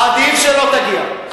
עדיף שלא תגיע.